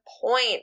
point